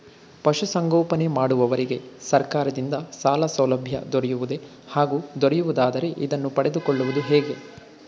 ಪಶುಸಂಗೋಪನೆ ಮಾಡುವವರಿಗೆ ಸರ್ಕಾರದಿಂದ ಸಾಲಸೌಲಭ್ಯ ದೊರೆಯುವುದೇ ಹಾಗೂ ದೊರೆಯುವುದಾದರೆ ಇದನ್ನು ಪಡೆದುಕೊಳ್ಳುವುದು ಹೇಗೆ?